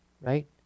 Right